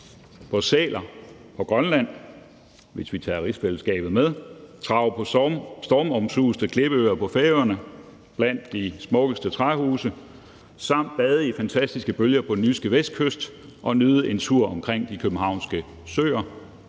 på sæler på Grønland og trave på stormomsuste klippeøer på Færøerne blandt de smukkeste træhuse samt bade i fantastiske bølger på den jyske vestkyst og nyde en tur omkring de københavnske søer,